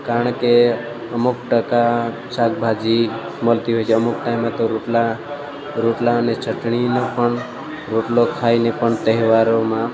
કારણ કે અમુક ટકા શાકભાજી મળતી હોય છે અમુક ટાઇમે તો રોટલા રોટલા અને ચટણીનો પણ રોટલો ખાઈને પણ તહેવારોમાં